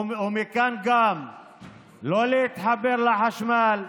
ומכאן גם לא להתחבר לחשמל,